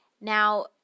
Now